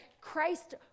Christ